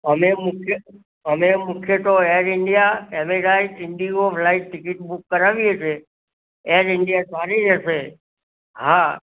અમે મુખ્ય તો Air India Emirates Indigo flight ticket book કરાવીએ છીએ એર ઇંડિયા સારી રહેશે હા